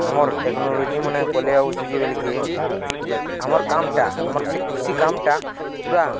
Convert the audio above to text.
ଆମର୍ ଟେକ୍ନୋଲୋଜି ମାନେ ପଲେଇ ଅସୁଛେ ବୋଲେ ଯେ ଆମର୍ କାମଟା ଆମର୍ ସେ କୃଷି କାମଟା ପୁରା